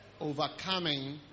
Overcoming